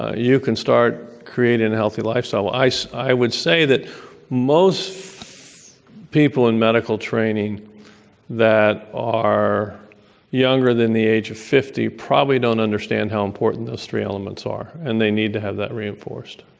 ah you can start creating a healthy lifestyle. i so i would say say that most people in medical training that are younger than the age of fifty probably don't understand how important those three elements are. and they need to have that reinforced.